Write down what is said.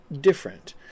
different